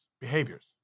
behaviors